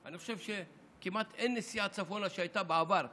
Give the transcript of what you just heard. אני חושב שכמעט אין נסיעה צפונה שהייתה בעבר שעתיים,